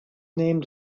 named